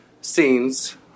scenes